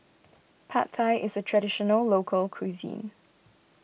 Pad Thai is a Traditional Local Cuisine